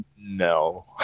No